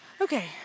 Okay